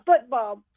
football